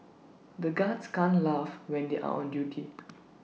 the guards can't laugh when they are on duty